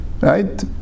Right